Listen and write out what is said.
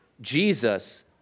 Jesus